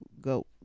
go